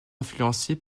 influencée